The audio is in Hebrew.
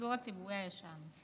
השידור הציבורי הישן.